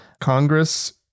Congress